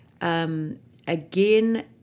Again